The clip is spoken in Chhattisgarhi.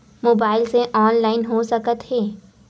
मोबाइल से ऑनलाइन हो सकत हे?